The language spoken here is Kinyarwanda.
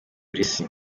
isi